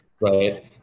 right